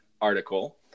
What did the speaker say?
article